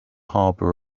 harbor